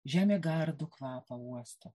žemė gardų kvapą uosto